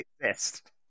exist